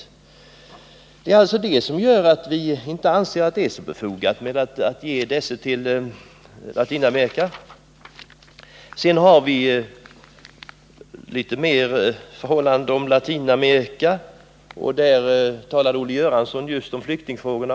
Detta är alltså bakgrunden till att vi inte ansett att det är så befogat att ge mera stöd till Latinamerika. I anknytning till Latinamerika talade Olle Göransson om flyktingfrågorna.